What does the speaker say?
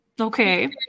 Okay